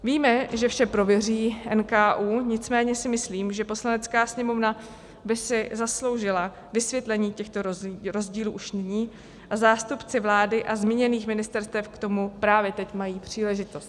Víme, že vše prověří NKÚ, nicméně si myslím, že Poslanecká sněmovna by si zasloužila vysvětlení těchto rozdílů už nyní, a zástupci vlády a zmíněných ministerstev k tomu právě teď mají příležitost.